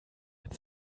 mit